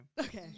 Okay